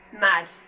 mad